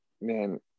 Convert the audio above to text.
man